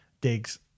Digs